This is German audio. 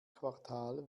quartal